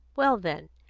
well, then,